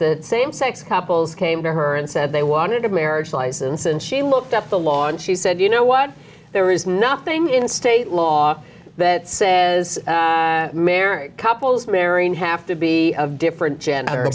the same sex couples came to her and said they wanted a marriage license and she looked up the law and she said you know what there is nothing in state law that says married couples marry and have to be of different